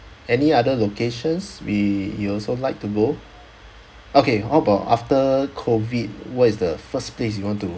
any other locations we you also like to go okay how about after COVID what is the first place you want to